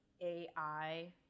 ai